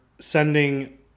sending